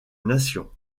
nation